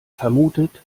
vermutet